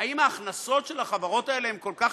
האם ההכנסות של החברות האלה הן כל כך